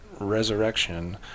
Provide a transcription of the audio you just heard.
Resurrection